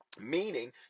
Meaning